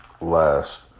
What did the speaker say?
last